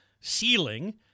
ceiling